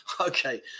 Okay